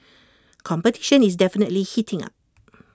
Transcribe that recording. competition is definitely heating up